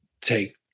take